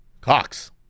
cox